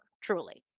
Truly